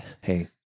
Hey